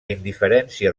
indiferència